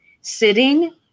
Sitting